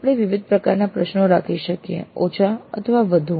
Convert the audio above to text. આપણે વિવ્ધ પ્રકારના પ્રશ્નો રાખી શકીએ ઓછા અથવા વધુ